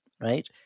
right